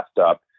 up